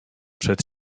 przed